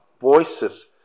voices